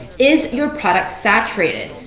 is your product saturated?